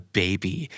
baby